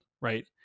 right